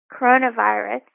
coronavirus